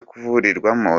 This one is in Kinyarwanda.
kuvurirwamo